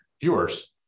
viewers